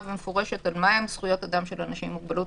ומפורשת על מהן זכויות אדם של אנשים עם מוגבלות,